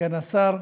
סגן השר,